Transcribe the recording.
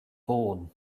born